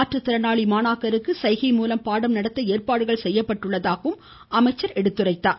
மாற்றுத்திறனாளி மாணாக்கருக்கு சைகை மூலம் பாடம் நடத்த ஏற்பாடுகள் செய்யப்பட்டுள்ளதாகவும் அவர் கூறினார்